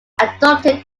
adopted